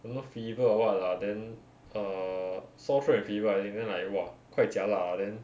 don't know fever or what lah then err sore throat and fever I think then like !wah! quite jialat lah then